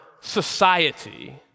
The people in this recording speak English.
society